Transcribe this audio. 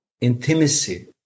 intimacy